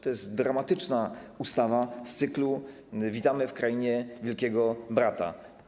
To jest dramatyczna ustawa z cyklu: witamy w krainie Wielkiego Brata.